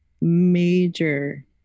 major